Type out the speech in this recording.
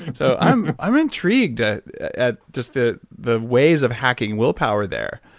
so i'm i'm intrigued at at just the the ways of hacking willpower there.